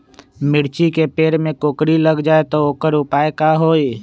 मिर्ची के पेड़ में कोकरी लग जाये त वोकर उपाय का होई?